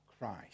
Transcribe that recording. Christ